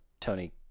Tony